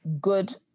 good